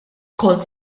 kont